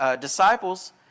disciples